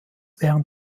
während